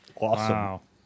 awesome